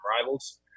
rivals